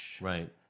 Right